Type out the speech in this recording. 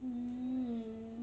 mm